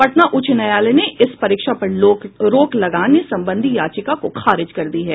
पटना उच्च न्यायालय ने इस परीक्षा पर रोक लगाने संबंधी याचिका को खारिज कर दी है